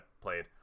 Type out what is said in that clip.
played